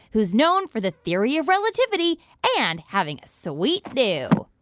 who's known for the theory of relativity and having a sweet do.